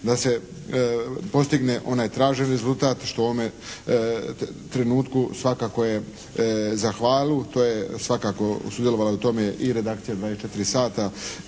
da se postigne onaj tražen rezultat što u ovome trenutku svakako je za hvalu. To je svakako sudjelovala je u tome i redakcija «24 sata»